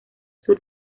sur